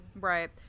Right